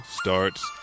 starts